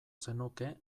zenuke